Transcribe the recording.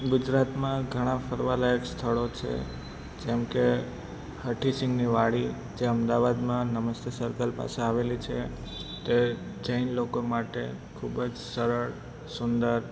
ગુજરાતમાં ઘણા ફરવા લાયક સ્થળો છે જેમ કે હઠી સિંગની વાડી જે અમદાવાદમાં નમસ્તે સર્કલ પાસે આવેલી છે તે જૈન લોકો માટે ખૂબ જ સરળ સુંદર